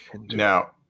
Now